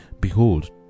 Behold